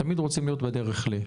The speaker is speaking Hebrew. תמיד רוצים להיות בדרך ל...